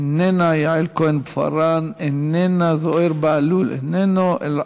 איננה, יעל כהן-פארן, איננה, זוהיר בהלול, איננו.